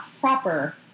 proper